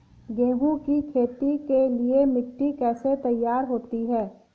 गेहूँ की खेती के लिए मिट्टी कैसे तैयार होती है?